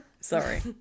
Sorry